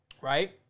Right